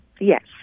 Yes